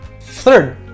Third